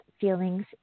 feelings